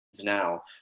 now